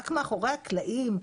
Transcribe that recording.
רק מאחורי הקלעים?